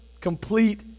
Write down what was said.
complete